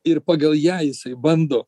ir pagal ją jisai bando